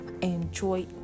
enjoy